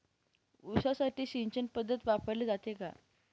ऊसासाठी सिंचन पद्धत वापरली जाते का?